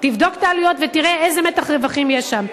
תבדוק את העלויות ותראה איזה מתח רווחים יש שם.